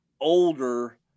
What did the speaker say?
older